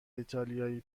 ایتالیایی